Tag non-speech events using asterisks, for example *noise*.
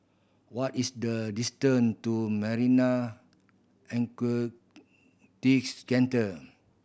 what is the distance to *unintelligible* Centre